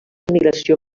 emigració